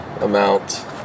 amount